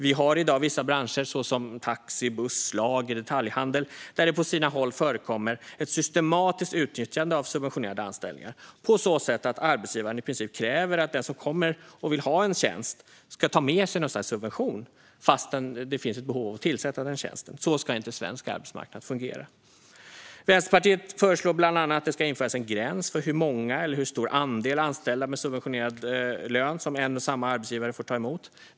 Det finns i dag vissa branscher, till exempel taxi, buss, lager och detaljhandel, där det på sina håll förekommer ett systematiskt utnyttjande av subventionerade anställningar, på så sätt att arbetsgivaren i princip kräver att den som vill ha en tjänst ska ta med sig något slags subvention, fastän det finns ett behov av att tillsätta tjänsten. Så ska inte svensk arbetsmarknad fungera. Vänsterpartiet föreslår bland annat att det ska införas en gräns för hur många eller hur stor andel anställda med subventionerad lön som en och samma arbetsgivare får ta emot.